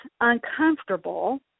uncomfortable